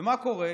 ומה קורה?